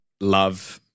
love